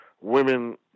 women